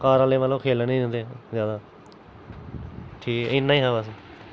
घर आह्ले मतलब खेलन नी दिंदे ज्यादा ठीक इन्ना ही हा बस